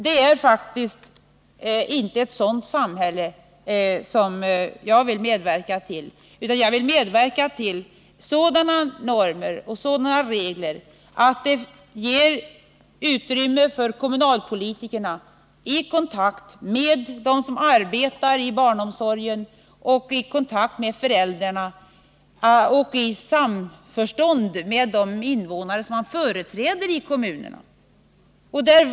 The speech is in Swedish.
Det är faktiskt inte skapandet av ett sådant samhälle som jag vill medverka till, utan jag vill medverka till att upprätta sådana normer och sådana regler att det ges utrymme för kommunalpolitikerna att verka i kontakt med dem som arbetar i barnomsorgen, i kontakt med föräldrarna och i samförstånd med de invånare scm man företräder i kommunerna.